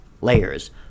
layers